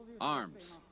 ARMS